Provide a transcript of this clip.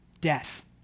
death